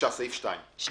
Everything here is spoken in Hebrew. סעיף 1 אושר.